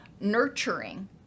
nurturing